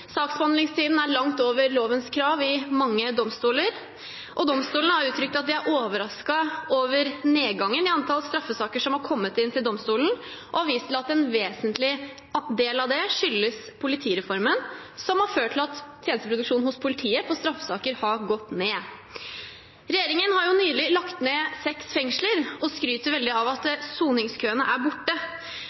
Saksbehandlingstiden er langt over lovens krav i mange domstoler, og domstolene har uttrykt at de er overrasket over nedgangen i antallet straffesaker som har kommet inn til domstolene, og vist til at en vesentlig del av det skyldes politireformen, som har ført til at tjenesteproduksjonen på straffesaker har gått ned hos politiet. Regjeringen har nylig lagt ned seks fengsler og skryter veldig av at soningskøene er borte.